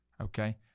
Okay